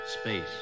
Space